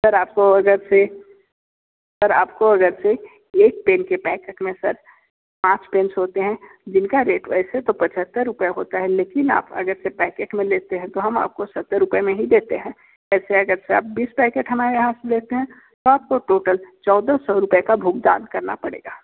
sir आपको अगर से सर आपको अगर से एक पेन के पैकेट रखना हैं सर पाँच पेन्स होते हैं जिनका रेट वैसे तो पचहत्तर रुपए होता है लेकिन आप अगर से पैकेट में लेते हैं तो हम आपको सत्तर रुपये में ही देते हैं जैसे अगर से आप बीस पैकेट हमारे यहाँ से लेते हैं तो आप को टोटल चौदह सौ रुपये का भुगतान करना पड़ेगा